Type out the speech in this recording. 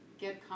get